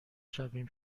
شویم